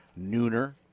nooner